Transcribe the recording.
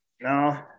No